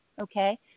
okay